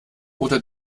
oder